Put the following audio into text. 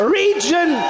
region